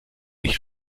nicht